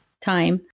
time